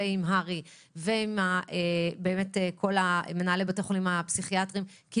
עם הר"י ועם כל מנהלי בתי החולים הפסיכיאטריים כי